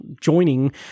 joining